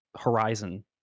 horizon